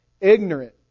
ignorant